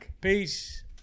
Peace